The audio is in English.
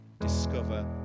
discover